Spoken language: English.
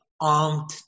armed